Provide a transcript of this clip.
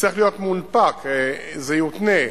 יצטרך להיות מונפק, זה יותנה.